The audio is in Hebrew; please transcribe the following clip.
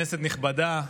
כנסת נכבדה,